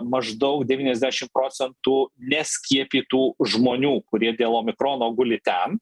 maždaug devyniasdešim procentų neskiepytų žmonių kurie dėl omikrono guli ten